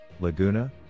Laguna